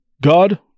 God